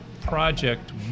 project